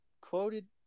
quoted